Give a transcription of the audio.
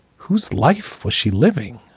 whose life was she living?